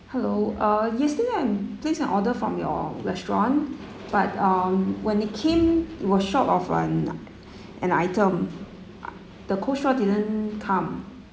hello uh yesterday I placed an order from your restaurant but um when it came it was short of an an item the coleslaw didn't come